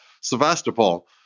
Sevastopol